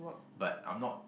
but I'm not